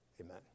amen